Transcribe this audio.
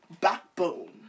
backbone